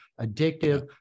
addictive